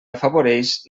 afavoreix